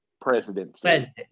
presidency